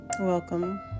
welcome